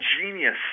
genius